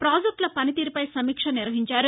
పాజెక్టుల పనితీరుపై సమీక్ష నిర్వహించారు